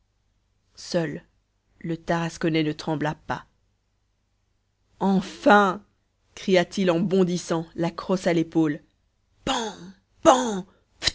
seul le tarasconnais ne trembla pas enfin cria-t-il en bondissant la crosse à l'épaule pan